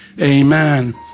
Amen